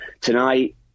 tonight